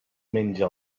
menja